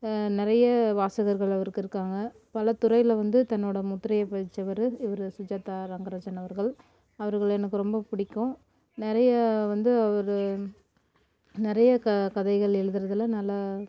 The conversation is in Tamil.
நிறைய வாசகர்கள் அவருக்கு இருக்காங்க பலத்துறையில் வந்து தன்னோடய முத்திரையை பதிச்சவரு இவரு சுஜாதா ரங்கராஜன் அவர்கள் அவர்களை எனக்கு ரொம்ப பிடிக்கும் நிறைய வந்து அவரு நிறைய க கதைகள் எழுதுகிறதுல நல்லா